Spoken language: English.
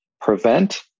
prevent